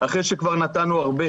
אחרי שכבר נתנו הרבה.